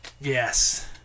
Yes